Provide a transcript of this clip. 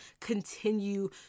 continue